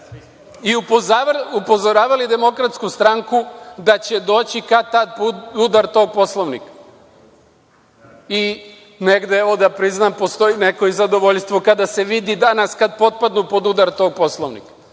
i upozoravali DS da će doći kad tad udar tog Poslovnika. I, negde, evo da priznam, postoji neko i zadovoljstvo kada se vidi danas, kad potpadnu pod udar tog Poslovnika.